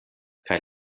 kaj